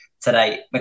Today